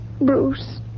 Bruce